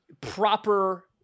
proper